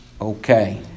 Okay